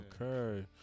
Okay